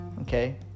Okay